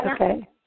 okay